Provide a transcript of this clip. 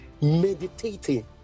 meditating